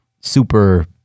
super